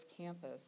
campus